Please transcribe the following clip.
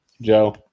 Joe